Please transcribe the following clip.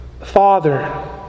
Father